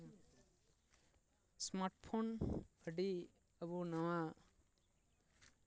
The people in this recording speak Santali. ᱮᱥᱢᱟᱨᱴ ᱯᱷᱳᱱ ᱟᱹᱰᱤ ᱟᱵᱚ ᱱᱚᱣᱟ